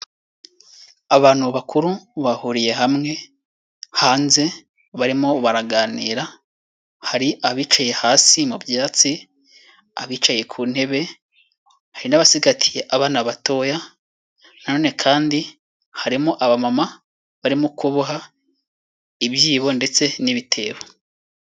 Abantu bakuru bahuriye hamwe hanze barimo baraganira, hari abicaye hasi mu byatsi, abicaye ku ntebe hari n'abasigatiye abana batoya, nanone kandi harimo abamama barimo kuboha ibyibo ndetse n'ibitebo.